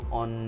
on